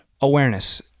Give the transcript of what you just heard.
Awareness